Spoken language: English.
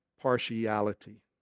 partiality